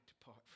depart